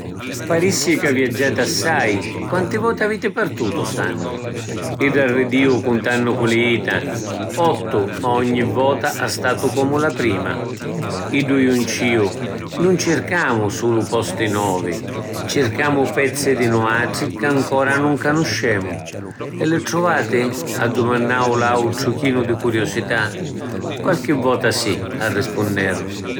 “Parissi ca viaggiati assai. Quanti voti aviti partutu st’annu?”. Idda ridiu cuntannu cu li jita. “Ottu, ma ogni vota ha statu comu la prima.” Iddu junciu: “Nun circamu sulu posti novi… circamu pezzi di nuatri ca ancora nun canuscemu.” “E li truvati?” addumannò l’autru chinu di curiusità. “Qualchi vota sì” arrispunneru.